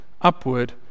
upward